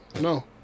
No